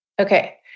Okay